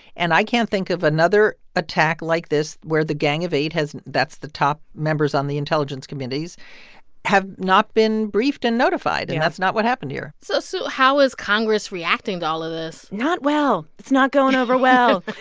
and i can't think of another attack like this where the gang of eight has that's the top members on the intelligence committees have not been briefed and notified. and that's not what happened here so so how is congress reacting to all of this? not well. it's not going over well.